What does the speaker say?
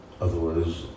otherwise